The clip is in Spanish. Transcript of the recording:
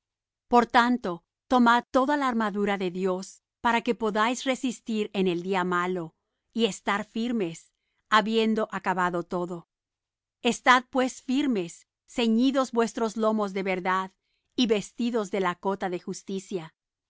por tanto tomad toda la armadura de dios para que podáis resistir en el día malo y estar firmes habiendo acabado todo estad pues firmes ceñidos vuestros lomos de verdad y vestidos de la cota de justicia